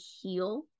heal